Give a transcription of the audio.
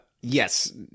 yes